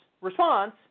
response